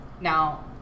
Now